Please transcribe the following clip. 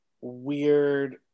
weird